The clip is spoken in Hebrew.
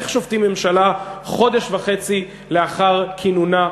איך שופטים ממשלה חודש וחצי לאחר כינונה,